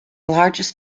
largest